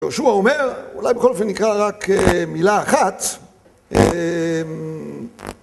יהושע אומר, אולי בכל אופן נקרא רק מילה אחת אהממממממ